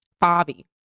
Bobby